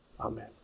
Amen